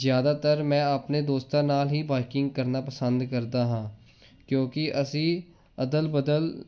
ਜਿਆਦਾਤਰ ਮੈਂ ਆਪਣੇ ਦੋਸਤਾਂ ਨਾਲ ਹੀ ਬਾਈਕਿੰਗ ਕਰਨਾ ਪਸੰਦ ਕਰਦਾ ਹਾਂ ਕਿਉਂਕਿ ਅਸੀਂ ਅਦਲ ਬਦਲ